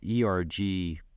ERG